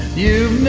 you